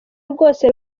rwose